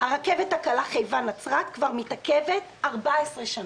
הרכבת הקלה חיפה נצרת מתעכבת כבר 14 שנים.